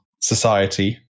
society